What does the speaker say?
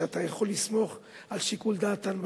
שאתה יכול לסמוך על שיקול דעתן,